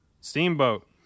Steamboat